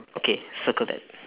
okay circle that